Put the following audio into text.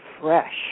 fresh